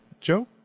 Joe